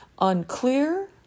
unclear